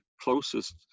closest